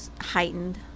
heightened